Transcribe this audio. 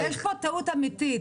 יש פה טעות אמיתית